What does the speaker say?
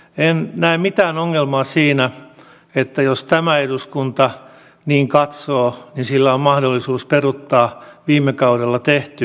en näe mitään ongelmaa siinä että jos tämä eduskunta niin katsoo niin sillä on mahdollisuus peruuttaa viime kaudella tehty avioliittolain muutos